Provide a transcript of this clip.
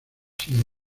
sin